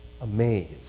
Amazed